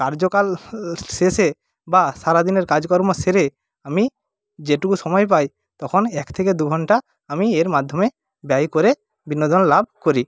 কার্যকাল শেষে বা সারা দিনের কাজকর্ম সেরে আমি যেটুকু সময় পাই তখন এক থেকে দুঘণ্টা আমি এর মাধ্যমে ব্যয় করে বিনোদন লাভ করি